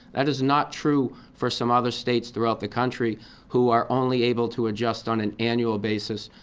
that is not true for some other states throughout the country who are only able to adjust on and annual basis.